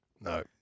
No